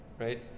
right